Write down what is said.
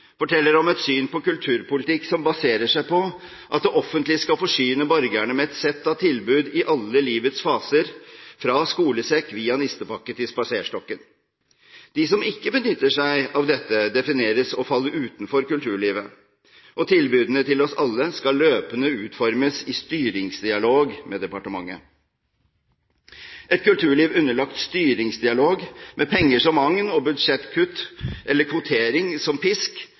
forteller om et syn på kulturpolitikk som baserer seg på at det offentlige skal forsyne borgerne med et sett av tilbud i alle livets faser, fra skolesekken via nistepakken til spaserstokken. De som ikke benytter seg av dette, defineres som å falle utenfor kulturlivet, og tilbudene til oss alle skal løpende utformes i styringsdialog med departementet. Et kulturliv underlagt styringsdialog, med penger som agn og budsjettkutt eller kvotering som pisk,